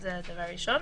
-- זה הדבר הראשון.